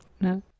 No